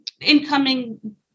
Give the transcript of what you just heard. incoming